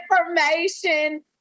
information